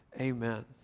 Amen